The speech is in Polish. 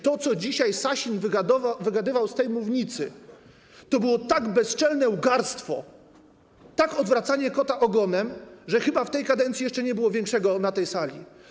To, co dzisiaj Sasin wygadywał z tej mównicy, to było tak bezczelne łgarstwo, takie odwracanie kota ogonem, że chyba w tej kadencji jeszcze nie było większego na tej sali.